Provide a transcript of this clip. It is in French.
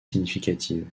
significatives